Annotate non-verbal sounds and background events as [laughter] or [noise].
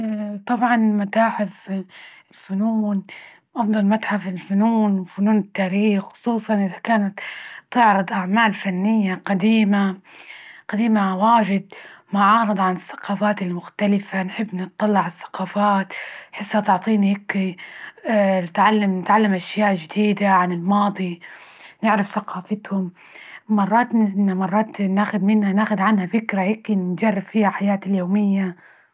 [hesitation] طبعا متاحف، الفنون، أفضل متحف الفنون، وفنون التاريخ، وخصوصا إذا كانت تعرض أعمال فنية قديمة قديمة واجد معارضة عن الثقافات المختلفة، نحب نطلع على الثقافات، حسها تعطيني هيكى هيكي [hesitation] تعلم نتعلم أشياء جديدة عن الماضي، نعرف ثقافتهم مرات- مرات ناخد منها، ناخد عنها فكرة هيكي نجرب فيها حياتي اليومية.